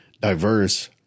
diverse